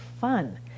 fun